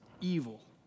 evil